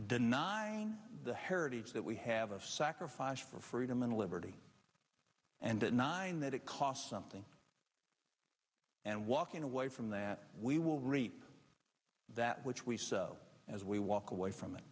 denying the heritage that we have of sacrifice for freedom and liberty and denying that it cost something and walking away from that we will reap that which we so as we walk away from